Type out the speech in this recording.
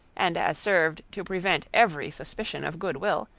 and as served to prevent every suspicion of good-will,